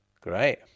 Great